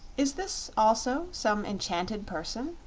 is this, also, some enchanted person?